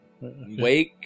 wake